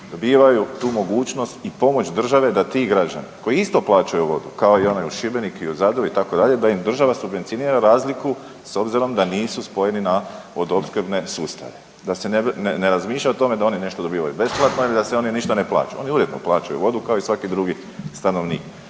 dobivaju tu mogućnost i pomoć države da ti građani koji isto plaćaju vodu kao i onaj u Šibeniku i Zadru itd., da im država subvencionira razliku s obzirom da nisu spojeni na vodoopskrbne sustave, da se ne razmišlja o tome da oni nešto dobivaju besplatno ili da oni ništa ne plaćaju. Oni uredno plaćaju vodu kao i svaki drugi stanovnik,